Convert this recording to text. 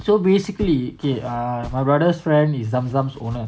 so basically K ah my brother's friend is zam zam's owner